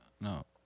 no